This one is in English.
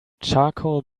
charcoal